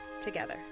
together